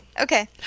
Okay